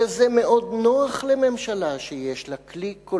שזה מאוד נוח לממשלה שיש לה כלי כל